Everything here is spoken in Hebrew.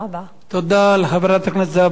תודה לחברת הכנסת זהבה גלאון.